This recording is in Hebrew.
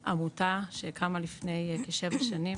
אנחנו עמותה שקמה לפני שבע שנים,